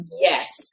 Yes